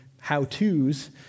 how-to's